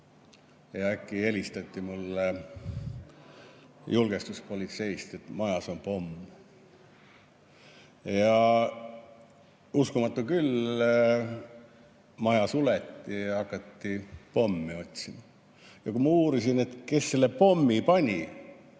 ja äkki helistati mulle julgestuspolitseist, et majas on pomm. Ja uskumatu küll, maja suleti, hakati pommi otsima. Kui ma uurisin, kes selle pommi pani,